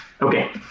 Okay